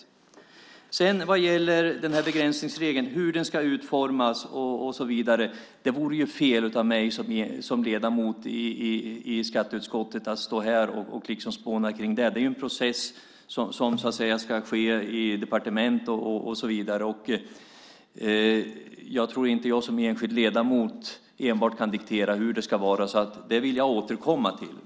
Marie Engström frågar om hur begränsningsregeln ska utformas. Det vore fel av mig som ledamot i skatteutskottet att stå här och spåna kring det. Det är en process som ska ske i departement och så vidare. Jag tror inte att jag som enskild ledamot kan diktera hur det ska vara. Detta vill jag återkomma till.